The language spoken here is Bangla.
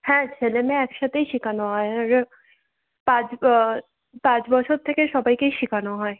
হ্যাঁ সে জন্যে একসাথেই শেখানো হয় পাঁচ পাঁচ বছর থেকে সবাইকেই শিখানো হয়